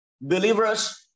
Believers